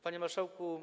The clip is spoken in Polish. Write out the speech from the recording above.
Panie Marszałku!